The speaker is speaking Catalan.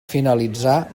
finalitzar